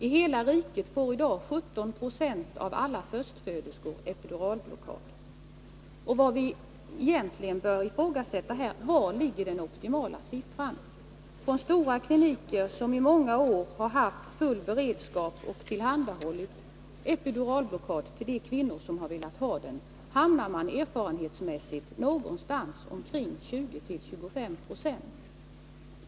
I hela riket får i dag 17 Zo av alla förstföderskor epiduralblockad. Vad vi egentligen bör fråga oss är var den optimala siffran ligger. På stora kliniker, som i många år har haft full beredskap och tillhandahållit epiduralblockad för de kvinnor som har velat ha den hamnar man någonstans mellan 20 och 25 96.